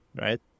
right